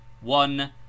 one